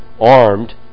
armed